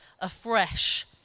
afresh